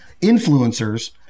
influencers